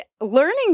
learning